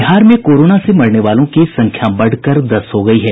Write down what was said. बिहार में कोरोना से मरने वालों की संख्या बढ़कर दस हो गयी है